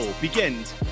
begins